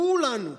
כולנו,